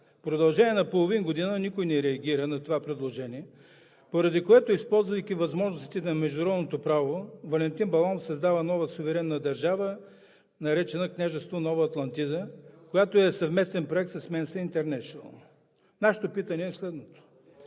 продължение на половин година никой не реагира на това предложение, поради което, използвайки възможностите на Международното право, Валентин Баланов създава нова суверенна държава, наречена: Княжество Нова Атлантида, която е съвместен проект с „Менса Интернешънъл“. Нашето питане е следното: